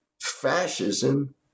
fascism